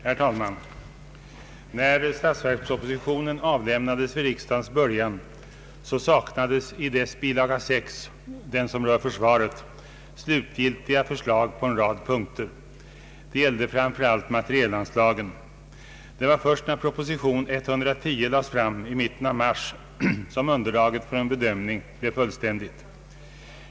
Herr talman! När statsverkspropositionen avlämnades vid riksdagens början saknades i dess bilaga 6, som rör försvaret, slutgiltiga förslag på en rad punkter. Det gällde framför allt materielanslagen. Det var först när proposition 110 lades fram i mitten av mars som underlaget för en bedömning blev fullständigt.